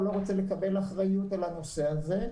הוא לא רוצה לקבל אחריות על הנושא הזה.